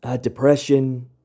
depression